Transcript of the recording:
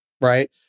Right